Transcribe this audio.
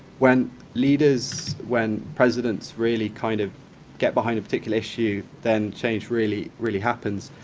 when leaders, when presidents really kind of get behind a particular issue, then change really really happens.